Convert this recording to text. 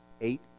eight